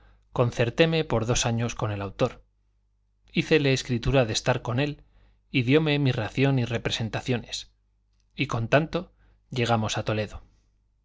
concertéme por dos años con el autor hícele escritura de estar con él y diome mi ración y representaciones y con tanto llegamos a toledo